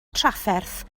trafferth